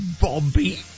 Bobby